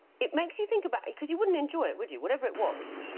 it makes you think about it because you wouldn't enjoy it, would you whatever it was?